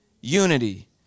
unity